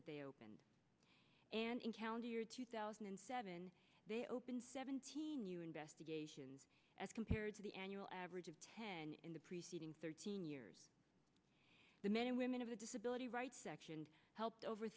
that they opened and in county year two thousand and seven they opened seven new investigations as compared to the annual average of ten in the preceding thirteen years the men and women of the disability rights section helped over